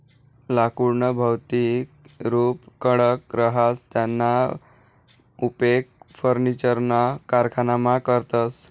लाकुडनं भौतिक रुप कडक रहास त्याना उपेग फर्निचरना कारखानामा करतस